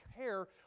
care